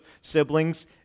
siblings